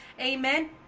amen